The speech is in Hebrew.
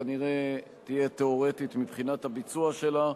כנראה היא תהיה תיאורטית מבחינת הביצוע שלה.